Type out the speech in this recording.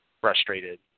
frustrated